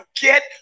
get